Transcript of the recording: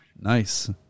Nice